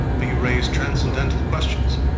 but you raise transcendental questions,